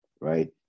right